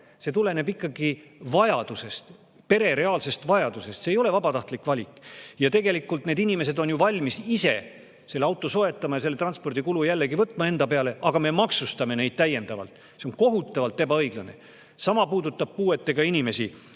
See tuleneb ikkagi vajadusest, pere reaalsest vajadusest, see ei ole vabatahtlik valik. Need inimesed on ju valmis ise auto soetama ja võtma selle transpordikulu jällegi enda peale, aga me maksustame neid täiendavalt. See on kohutavalt ebaõiglane. Sama puudutab puuetega inimesi,